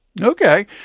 Okay